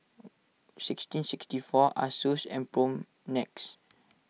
sixteen sixty four Asus and Propnex